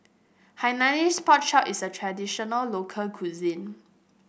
Hainanese Pork Chop is a traditional local cuisine